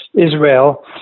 Israel